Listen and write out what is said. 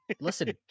Listen